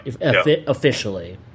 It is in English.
officially